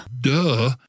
Duh